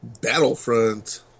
Battlefront